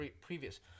previous